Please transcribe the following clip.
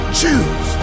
choose